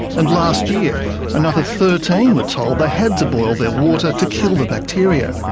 and last year another thirteen were told they had to boil their water to kill the bacteria.